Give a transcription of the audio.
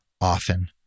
Often